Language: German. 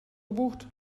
gebucht